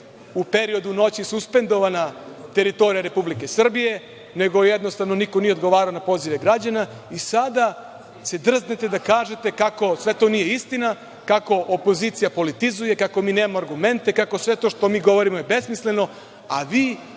u periodu noći suspendovana teritorija Republike Srbije, nego niko nije odgovarao na pozive građana i sada, drznite se da kažete kako sve to nije istina, kako opozicija politizuje, kako mi nemamo argumente, kako sve to što mi govorimo je besmisleno, a vi